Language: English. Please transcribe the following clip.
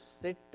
sit